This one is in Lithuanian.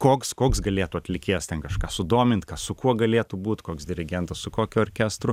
koks koks galėtų atlikėjas ten kažką sudomint kas su kuo galėtų būt koks dirigentas su kokiu orkestru